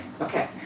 Okay